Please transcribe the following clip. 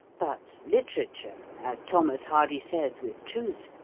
but literature, as thomas hardy says with truth,